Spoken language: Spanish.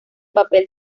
papel